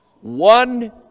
one